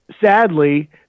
sadly